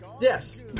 Yes